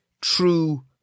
true